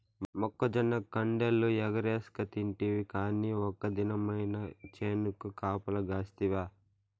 మొక్కజొన్న కండెలు ఎగరేస్కతింటివి కానీ ఒక్క దినమైన చేనుకు కాపలగాస్తివా